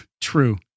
True